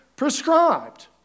Prescribed